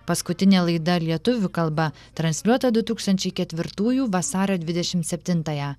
paskutinė laida lietuvių kalba transliuota du tūkstančiai ketvirtųjų vasario dvidešimt septintąją